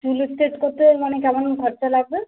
চুলের সেট করতে মানে কেমন খরচা লাগবে